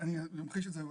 אני אמחיש את זה.